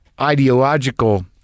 ideological